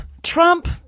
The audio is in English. Trump